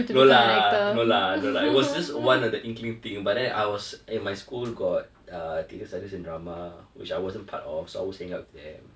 no lah no lah no lah it was just one of the inkling thing but then I was at my school got err theatre studies and drama which I wasn't part of so I was always hanging out with them